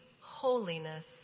holiness